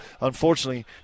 Unfortunately